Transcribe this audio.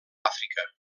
àfrica